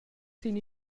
sin